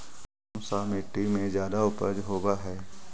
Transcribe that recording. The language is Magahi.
कोन सा मिट्टी मे ज्यादा उपज होबहय?